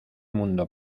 mundo